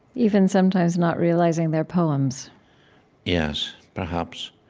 even sometimes not realizing they're poems yes, perhaps.